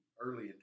early